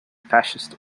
fascist